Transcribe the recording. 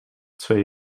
twee